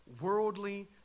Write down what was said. worldly